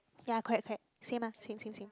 ya correct correct same ah same same same